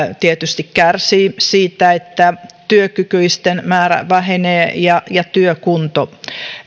tietysti kärsii siitä että työkykyisten määrä vähenee ja ja työkunto